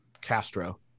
Castro